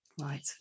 right